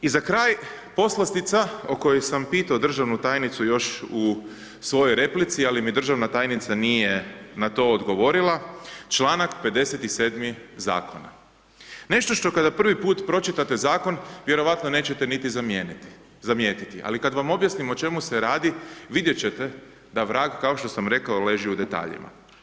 I za kraj poslastica o kojoj sam pitao državnu tajnicu još u svojoj replici, ali mi državna tajnica nije na to odgovorila, članak 57. zakona, nešto što kada prvi put pročitate zakon, vjerojatno nećete niti zamijetiti, ali kada vam objasnim o čemu se radi, vidjeti ćete, da vrag, kao što sam rekao leži u detaljima.